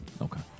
Okay